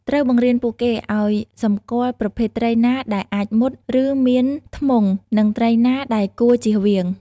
ត្រូវបង្រៀនពួកគេឱ្យសម្គាល់ ប្រភេទត្រី ណាដែលអាចមុត ឬ មានធ្មង់ និងត្រីណាដែលគួរជៀសវាង។